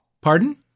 Pardon